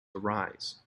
arise